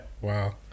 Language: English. Wow